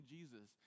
Jesus